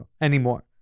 anymore